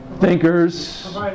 Thinkers